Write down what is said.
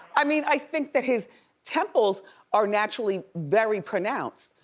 i mean, i think that his temples are naturally very pronounced,